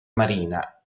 marina